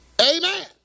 Amen